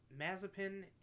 Mazepin